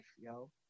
yo